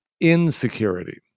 insecurity